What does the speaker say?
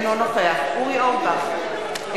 אינו נוכח אורי אורבך,